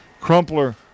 Crumpler